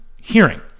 hearing